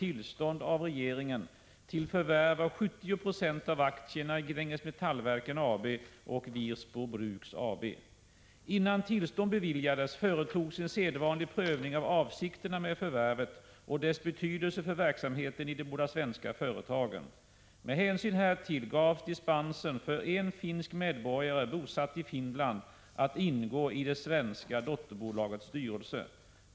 Innan tillstånd beviljades företogs en sedvanlig prövning av avsikterna med förvärvet och dess betydelse för verksamheten i de båda svenska företagen. Med hänsyn härtill gavs dispens för en finsk medborgare, bosatt i Finland, att ingå i det svenska dotterbolagets styrelse.